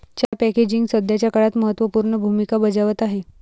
चहा पॅकेजिंग सध्याच्या काळात महत्त्व पूर्ण भूमिका बजावत आहे